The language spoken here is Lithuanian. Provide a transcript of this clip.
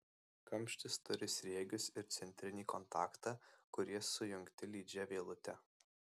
kamštis turi sriegius ir centrinį kontaktą kurie sujungti lydžia vielute